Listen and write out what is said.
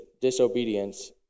disobedience